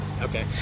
okay